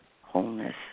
wholeness